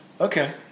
Okay